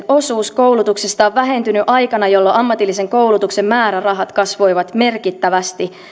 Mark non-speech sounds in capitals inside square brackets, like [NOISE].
[UNINTELLIGIBLE] osuus koulutuksesta on vähentynyt aikana jolloin ammatillisen koulutuksen määrärahat kasvoivat merkittävästi